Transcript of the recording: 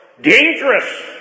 Dangerous